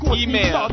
email